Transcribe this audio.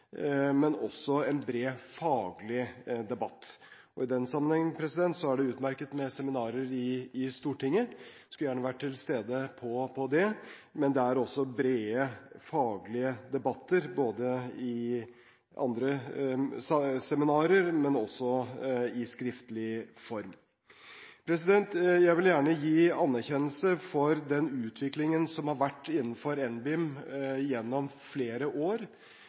men også en bred faglig debatt. I den sammenheng er det utmerket med seminarer i Stortinget. Jeg skulle gjerne vært til stede på det, men det er brede faglige debatter i andre seminarer, også i skriftlig form. Jeg vil gjerne gi anerkjennelse for den utviklingen som har vært innenfor NBIM gjennom flere år,